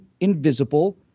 invisible